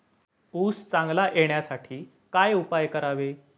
ऊस चांगला येण्यासाठी काय उपाय करावे?